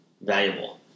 valuable